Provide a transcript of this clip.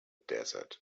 desert